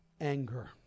anger